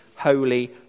holy